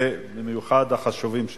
ובמיוחד החשובים שבהם.